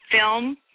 film